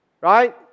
Right